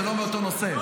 זה לא באותו נושא.